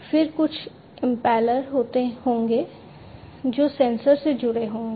फिर कुछ इम्पेलर होंगे जो सेंसर से जुड़े होंगे